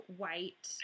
white